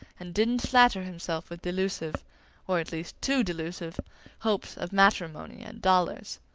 and didn't flatter himself with delusive or at least too delusive hopes of matrimony and dollars.